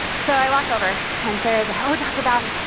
so i walk over, and sarah says, oh, dr. bowden.